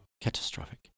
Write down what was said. catastrophic